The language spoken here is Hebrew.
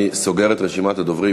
אני סוגר את רשימת הדוברים.